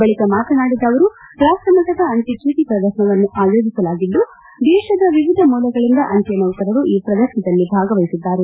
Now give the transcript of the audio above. ಬಳಿಕ ಮಾತನಾಡಿದ ಅವರು ರಾಷ್ಟಮಟ್ಲದ ಅಂಚೆಚೀಟಿ ಪ್ರದರ್ಶನವನ್ನು ಆಯೋಜಿಸಲಾಗಿದ್ದು ದೇತದ ವಿವಿಧ ಮೂಲೆಗಳಿಂದ ಅಂಜೆ ನೌಕರರು ಈ ಪ್ರದರ್ಶನದಲ್ಲಿ ಭಾಗವಹಿಸಿದ್ದಾರೆ